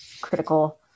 critical